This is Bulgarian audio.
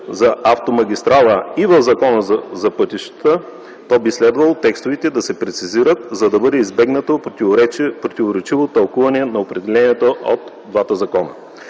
на „автомагистрала” и в Закона за пътищата, то би следвало текстовете да се прецизират, за да бъде избегнато противоречивото тълкуване на определението от двата закона.